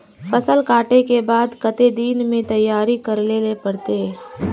फसल कांटे के बाद कते दिन में तैयारी कर लेले पड़ते?